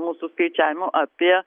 mūsų skaičiavimu apie